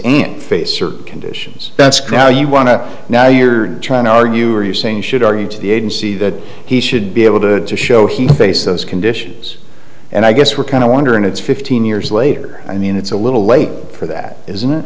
aunt faced certain conditions that's cry you want to now you're trying to argue are you saying should argue to the agency that he should be able to show he face those conditions and i guess we're kind of wonder and it's fifteen years later i mean it's a little late for that isn't it